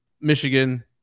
Michigan